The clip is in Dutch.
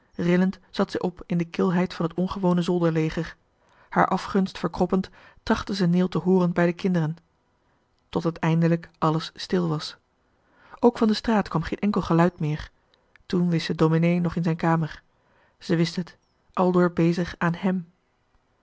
rillend zat zij op in de kilheid van het ongewone zolderleger haar afgunst verkroppend trachtte ze neel te hooren doen bij de kinderen tot het eindelijk alles stil was ook van de straat kwam geen enkel geluid meer toen wist ze domenee nog in zijn kamer ze wist het aldoor bezig aan hèm